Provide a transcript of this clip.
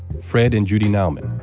fred and judy nauman,